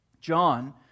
John